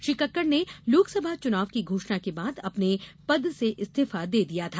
श्री कक्कड़ ने लोकसभा चुनाव की घोषणा के बाद अपने पद से इस्तीफा दे दिया था